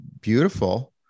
beautiful